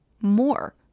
more